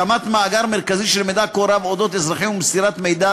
הקמת מאגר מרכזי של מידע כה רב על אזרחים ומסירת מידע